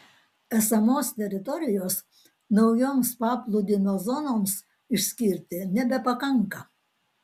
esamos teritorijos naujoms paplūdimio zonoms išskirti nebepakanka